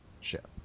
ship